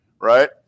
right